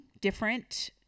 different